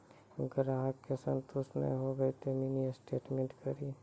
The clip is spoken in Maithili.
ग्राहक के संतुष्ट ने होयब ते मिनि स्टेटमेन कारी?